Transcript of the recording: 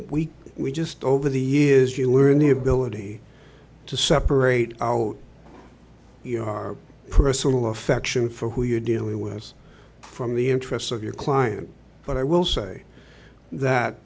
we we just over the years you were in the ability to separate out you know our personal affection for who you're dealing with us from the interests of your client but i will say that